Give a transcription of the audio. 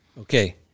Okay